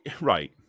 Right